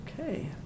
Okay